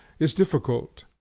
is difficult.